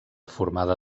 formada